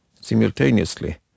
simultaneously